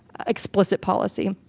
explicit policy.